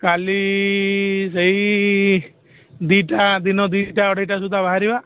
କାଲି ସେଇ ଦୁଇଟା ଦିନ ଦୁଇଟା ଅଢ଼େଇଟା ସୁଦ୍ଧା ବାହାରିବା